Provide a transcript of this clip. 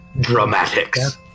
dramatics